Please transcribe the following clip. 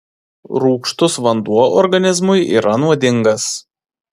rūgštus vanduo organizmui yra nuodingas